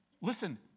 listen